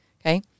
Okay